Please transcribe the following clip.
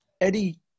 Eddie